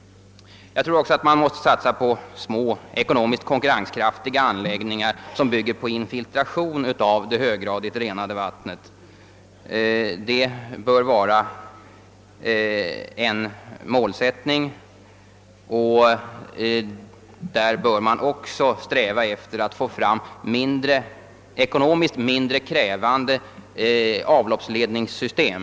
Jag anser också att man måste satsa på små, ekonomiskt konkurrenskraftiga anläggningar, som bygger på infiltration av det höggradigt renade vattnet. Detta bör vara en målsättning. Man bör också sträva efter att få fram ekonomiskt mindre krävande avloppsledningssystem.